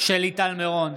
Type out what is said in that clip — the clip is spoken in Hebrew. שלי טל מירון,